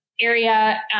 area